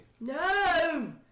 No